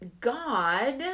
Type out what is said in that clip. God